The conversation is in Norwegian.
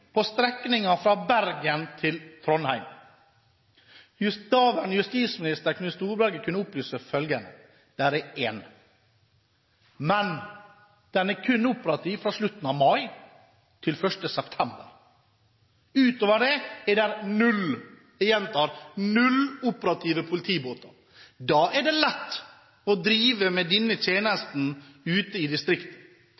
på strekningen Bergen–Trondheim. Daværende justisminister Knut Storberget kunne opplyse følgende: Det er én. Men den er operativ kun fra slutten av mai til 1. september. Utover det er det null – jeg gjentar null – operative politibåter. Da er det lett å drive med denne